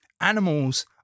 Animals